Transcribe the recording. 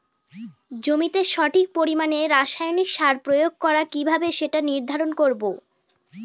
জমিতে সঠিক পরিমাণে রাসায়নিক সার প্রয়োগ করা কিভাবে সেটা নির্ধারণ করব?